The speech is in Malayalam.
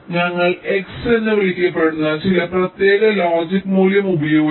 ഞങ്ങൾ x എന്ന് വിളിക്കപ്പെടുന്ന ചില പ്രത്യേക ലോജിക് മൂല്യം ഉപയോഗിക്കുന്നു